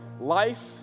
life